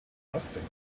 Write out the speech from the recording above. unresting